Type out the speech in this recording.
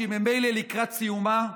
שממילא היא לקראת סיומה,